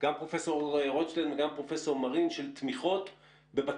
וגם תוספת לתקציב או הבטחה תקציבית כי בסופו